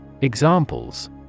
Examples